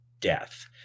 death